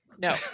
no